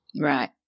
Right